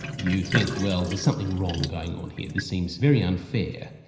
you think, well, there's something wrong going on here, this seems very unfair,